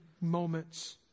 moments